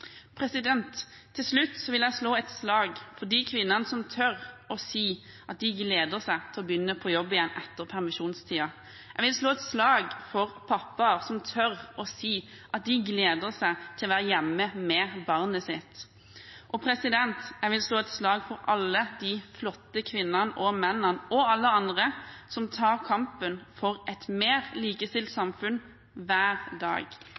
Til slutt vil jeg slå et slag for de kvinnene som tør å si at de gleder seg til å begynne på jobb igjen etter permisjonstiden. Jeg vil slå et slag for pappaer som tør å si at de gleder seg til å være hjemme med barnet sitt. Og jeg vil slå et slag for alle de flotte kvinnene og mennene og alle andre som hver dag tar kampen for et mer likestilt